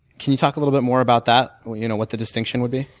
can you talk a little bit more about that, what you know what the distinction would be?